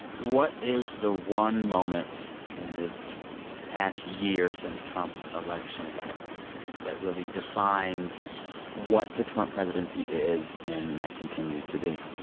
what is the one moment in this past year since trump's election that really defines what the trump presidency is and might continue to be?